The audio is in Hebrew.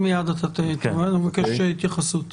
מייד נבקש התייחסות.